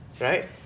right